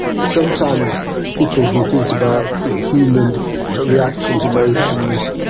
sometimes people who think about human reactions, emotions,